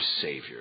Savior